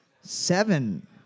seven